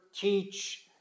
teach